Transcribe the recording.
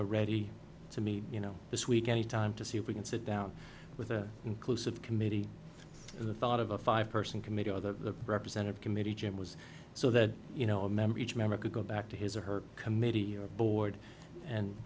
are ready to meet you know this week anytime to see if we can sit down with the inclusive committee the thought of a five person committee or the representative committee jim was so that you know a member each member could go back to his or her committee or a board and